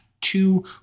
two